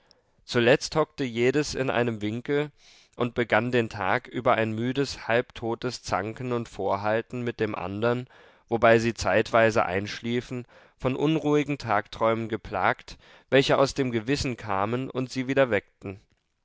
zuletzt hockte jedes in einem winkel und begann den tag über ein müdes halbtotes zanken und vorhalten mit dem andern wobei sie zeitweise einschliefen von unruhigen tagträumen geplagt welche aus dem gewissen kamen und sie wieder weckten